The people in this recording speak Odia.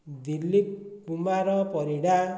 ଦିଲ୍ଲୀପ କୁମାର ପରିଡା